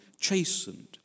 chastened